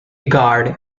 guard